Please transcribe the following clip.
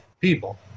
people